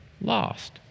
lost